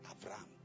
Abraham